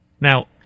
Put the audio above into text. Now